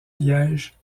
liège